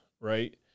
right